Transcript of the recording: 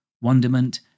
wonderment